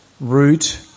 Root